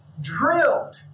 drilled